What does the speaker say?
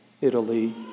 Italy